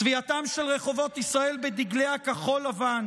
צביעתם של רחובות ישראל בדגלי כחול-לבן,